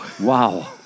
Wow